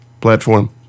platform